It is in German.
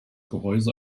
gehäuse